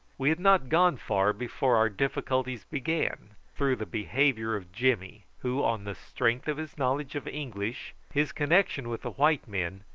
we had not gone far before our difficulties began, through the behaviour of jimmy, who, on the strength of his knowledge of english, his connection with the white men,